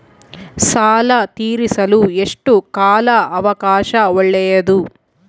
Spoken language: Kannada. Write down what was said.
ಸಾಲ ತೇರಿಸಲು ಎಷ್ಟು ಕಾಲ ಅವಕಾಶ ಒಳ್ಳೆಯದು?